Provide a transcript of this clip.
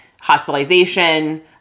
hospitalization